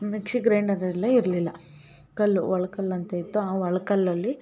mixie ಗ್ರೈಂಡರೆಲ್ಲ ಇರಲಿಲ್ಲ ಕಲ್ಲು ಒಳ್ಕಲ್ಲು ಅಂತ ಇತ್ತು ಆ ಒರ್ಳ್ಕಲ್ಲಲ್ಲಿ